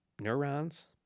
neurons